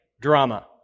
drama